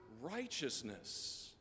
righteousness